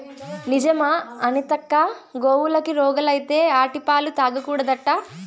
నిజమా అనితక్కా, గోవులకి రోగాలత్తే ఆటి పాలు తాగకూడదట్నా